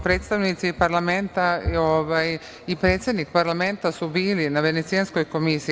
Predstavnici parlamenta i predsednik parlamenta su bili na Venecijanskoj komisiji.